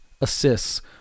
assists